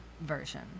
version